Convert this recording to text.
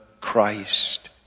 Christ